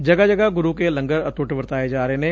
ਜਗਾ ਜਗਾ ਗੁਰੂ ਕੇ ਲੰਗਰ ਅਟੁੱਟ ਵਰਤਾਏ ਜਾ ਰਹੇ ਨੇ